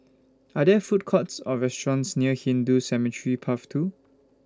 Are There Food Courts Or restaurants near Hindu Cemetery Path two